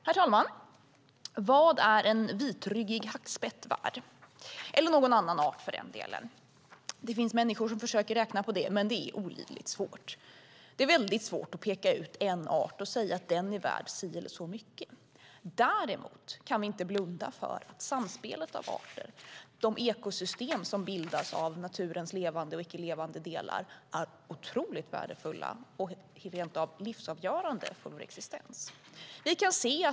Herr talman! Vad är en vitryggig hackspett värd, eller någon annan art för den delen? Det finns människor som försöker räkna på det, men det är olidligt svårt. Det är väldigt svårt att peka ut en art och säga att den är värd si eller så mycket. Däremot kan vi inte blunda för att samspelet mellan arter, det ekosystem som bildas av naturens levande och icke levande delar, är otroligt värdefullt och rentav livsavgörande för vår existens.